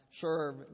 serve